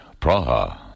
Praha